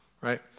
right